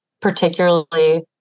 particularly